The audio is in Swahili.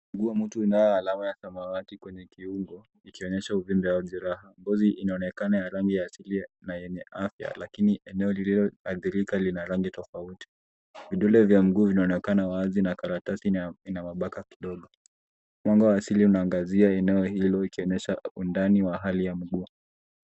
Mguu wa mtu inayo alama ya samawati kwenye kiungo ikionyesha uvimbe wa jeraha. Ngozi inaonekana ya rangi ya asilia na yenye afya lakini eneo lililoathirika lina rangi tofauti. Vidole vya mguu vinaonekana wazi na karatasi ina mabaka kidogo. Mwanga wa asili unaangazia eneo hilo ikionyesha undani wa hali ya mguu.